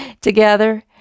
Together